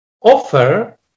offer